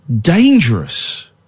dangerous